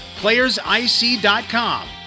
playersic.com